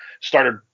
started